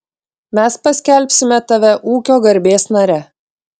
mes paskelbsime tave ūkio garbės nare